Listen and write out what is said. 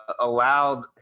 Allowed